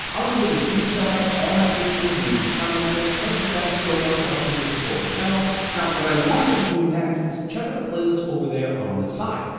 i wanna give a huge shoutout to all my patrons youtube channel members. thank you guys so much for helping to support the channel, now what i want you to do next is to check out the playlist over there on the side.